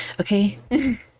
okay